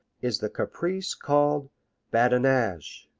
is the caprice called badinage.